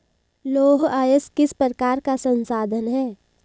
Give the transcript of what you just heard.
लौह अयस्क किस प्रकार का संसाधन है?